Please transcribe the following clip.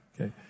Okay